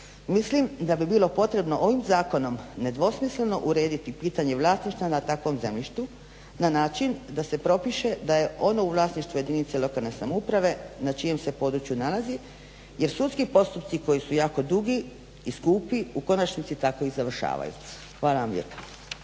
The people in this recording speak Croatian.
mislim da bi bilo potrebno ovim zakonom nedvosmisleno urediti pitanje vlasništva na takvom zemljištu na način da se propiše da je ono u vlasništvu jedinice lokalne samouprave na čijem se području nalazi jer sudski postupci koji su jako dugi i skupi u konačnici tako i završavaju. Hvala vam lijepa.